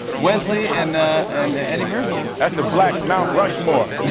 wesley and and eddie murphy. that's the black mt. rushmore.